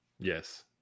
Yes